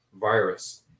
virus